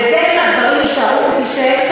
וזה שהדברים יישארו כפי שהם,